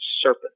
serpent